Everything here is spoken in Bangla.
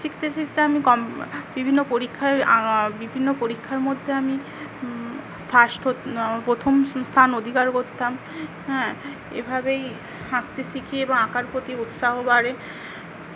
শিখতে শিখতে আমি কম বিভিন্ন পরীক্ষায় বিভিন্ন পরীক্ষার মধ্যে আমি ফার্স্ট হত প্রথম স্থান অধিকার করতাম হ্যাঁ এভাবেই আঁকতে শিখি এবং আঁকার প্রতি উৎসাহ বাড়ে